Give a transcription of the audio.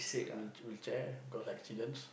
wheelchair 'cause accidents